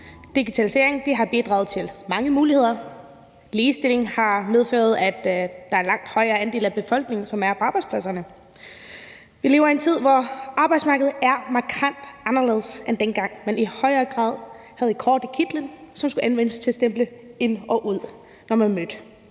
digitalisering har bidraget til mange muligheder, og ligestilling har medført, at der er en langt højere andel af befolkningen, som er på arbejdspladserne. Vi lever i en tid, hvor arbejdsmarkedet er markant anderledes, end dengang man i højere grad havde et kort i kitlen, som skulle anvendes til at stemple ind og ud, når man mødte